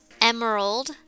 emerald